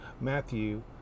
Matthew